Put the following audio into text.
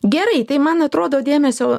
gerai tai man atrodo dėmesio